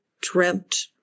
dreamt